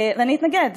ואני אתנגד.